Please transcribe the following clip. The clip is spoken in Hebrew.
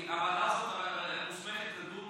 כי הוועדה הזאת מוסמכת לדון